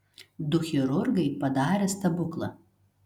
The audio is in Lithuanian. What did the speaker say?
du chirurgai padarė stebuklą